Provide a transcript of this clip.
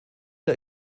der